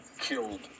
killed